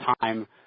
time